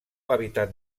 hàbitat